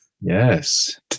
Yes